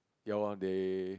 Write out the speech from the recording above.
ya loh they